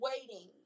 waiting